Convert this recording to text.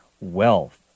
wealth